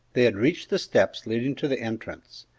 they had reached the steps leading to the entrance.